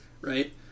right